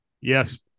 Yes